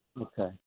Okay